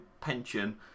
pension